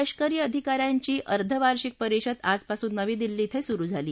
लष्करी अधिकाऱ्यांची अर्धवार्षिक परिषद आजपासून नवी दिल्ली बें सुरु झाली